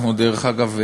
אנחנו, דרך אגב,